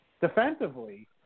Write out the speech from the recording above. defensively